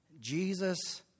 Jesus